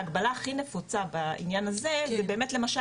ההגבלה הכי נפוצה בעניין הזה זה באמת למשל